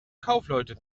kaufleute